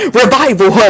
revival